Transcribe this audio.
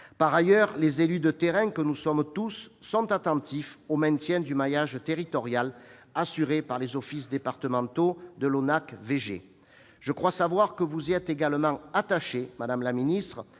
Par ailleurs, les élus de terrains que nous sommes tous sont attentifs au maintien du maillage territorial assuré par les offices départementaux de l'ONAC-VG. Je crois savoir que vous y êtes également attachée, madame la secrétaire